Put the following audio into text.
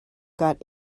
got